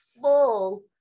full